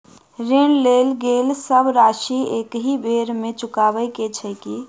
ऋण लेल गेल सब राशि एकहि बेर मे चुकाबऽ केँ छै की?